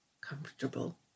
comfortable